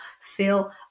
feel